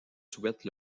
souhaite